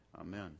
Amen